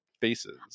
faces